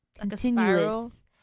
continuous